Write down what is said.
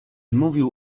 mówił